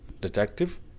detective